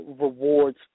rewards